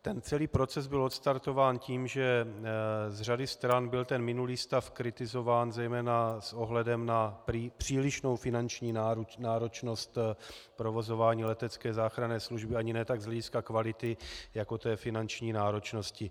Ten celý proces byl odstartován tím, že z řady stran byl minulý stav kritizován zejména s ohledem na prý přílišnou finanční náročnost provozování letecké záchranné služby, ani ne tak z hlediska kvality jako té finanční náročnosti.